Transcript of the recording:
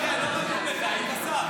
אין בעיה, אז שייפול עכשיו.